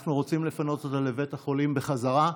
ואנחנו רוצים לפנות אותה לבית החולים בחזרה.